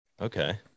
Okay